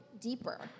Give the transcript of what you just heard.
deeper